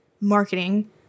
marketing